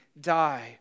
die